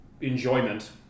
enjoyment